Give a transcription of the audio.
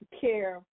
care